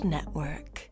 Network